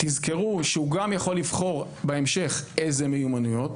תזכרו שבהמשך הוא יכול גם לבחור איזה מיומנויות.